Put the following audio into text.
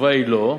התשובה היא לא,